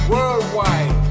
Worldwide